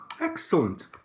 Excellent